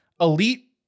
Elite